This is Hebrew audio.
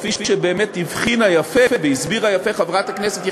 כפי שבאמת הבחינה יפה והסבירה יפה חברת הכנסת יחימוביץ,